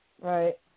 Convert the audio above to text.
Right